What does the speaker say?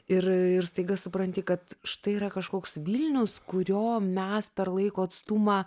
ir ir staiga supranti kad štai yra kažkoks vilnius kurio mes per laiko atstumą